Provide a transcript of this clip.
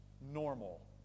normal